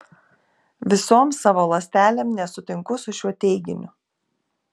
visom savo ląstelėm nesutinku su šiuo teiginiu